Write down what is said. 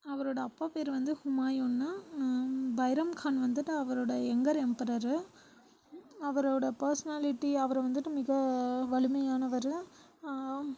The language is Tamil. அவரோட அப்பா பேர் வந்து ஹுமாயுன்னா பைரம்கான் வந்துட்டு அவரோட எங்கர் எம்பரர் அவரோட பேர்ஸ்னாலிட்டி அவர் வந்துட்டு மிக வலுமையானவர்